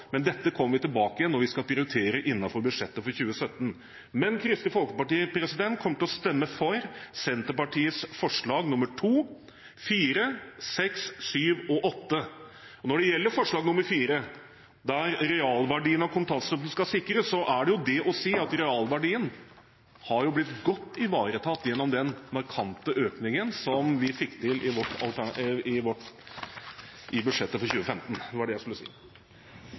men dette kommer vi tilbake med når vi skal prioritere innenfor 2017. Kristelig Folkeparti kommer til å stemme for Senterpartiets forslag nr. 2, nr. 4, nr. 6, nr. 7 og nr. 8. Når det gjelder forslag nr. 4, der realverdien av kontantstøtten skal sikres, er det det å si at realverdien har blitt godt ivaretatt gjennom den markante økningen vi fikk til i budsjettet for 2015. Det